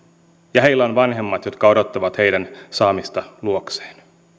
ja heillä on vanhemmat jotka odottavat heidän saamistaan luokseen